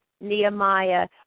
Nehemiah